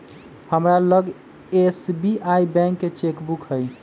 हमरा लग SBI bank के चेक बुक हइ